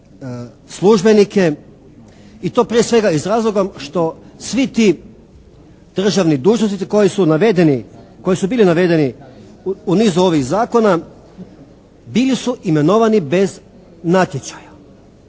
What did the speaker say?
službenike i to prije svega iz razloga što svi ti državni dužnosnici koji su bili navedeni u nizu ovih zakona bili su imenovani bez natječaja.